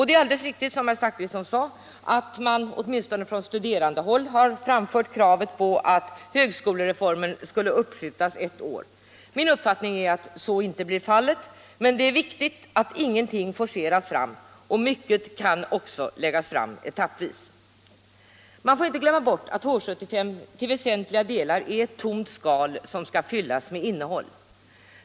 Det är alldeles riktigt, som herr Zachrisson sade, att man från studerandehåll har framfört kravet på att högskolereformen skulle uppskjutas ett är. Min uppfattning är att så inte blir fallet, men det är viktigt att ingenting forceras fram — mycket kan också framföras etappvis. Man får inte glömma bort att H 75 till väsentliga delar är ett tomt skal som skall fyllas med innehåll.